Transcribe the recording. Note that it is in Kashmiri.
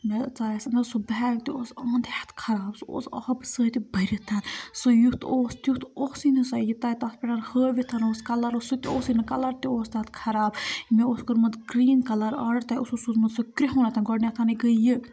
مےٚ ژایَس مےٚ اوس سُہ بیگ تہِ اوس آمُت ہیٚتھ خراب سُہ اوس آبہٕ سۭتۍ بٔرِتھ سُہ یُتھ اوس تیُتھ اوسُے نہٕ سۄ یوٗتاہ تَتھ پٮ۪ٹھ ہٲوِتھ اوس کَلَر اوس سُہ تہِ اوسُے نہٕ کَلَر تہِ اوس تَتھ خراب مےٚ اوس کوٚرمُت گرٛیٖن کَلَر آڈَر تۄہہِ اوسوُ سوٗزمُت سُہ کِرٛہُنَتھ گۄڈنٮ۪تھَنٕے گٔے یہِ